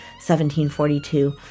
1742